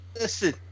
Listen